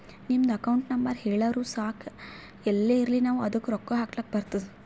ನಿಮ್ದು account number ಹೇಳುರು ಸಾಕ್ ಎಲ್ಲೇ ಇರ್ಲಿ ನಾವೂ ಅದ್ದುಕ ರೊಕ್ಕಾ ಹಾಕ್ಲಕ್ ಬರ್ತುದ್